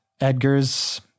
Edgar's